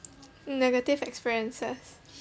negative experiences